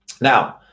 Now